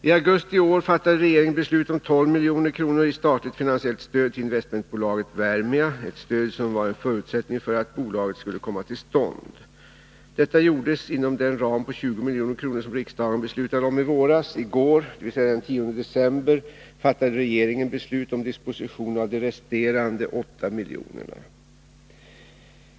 I augusti i år fattade regeringen beslut om 12 milj.kr. i statligt finansiellt stöd till investmentbolaget Wermia, ett stöd som var en förutsättning för att bolaget skulle komma till stånd. Detta gjordes inom den ram på 20 milj.kr. som riksdagen beslutade om i våras. I går — dvs. den 10 december — fattade regeringen beslut om dispositionen av resterande 8 milj.kr.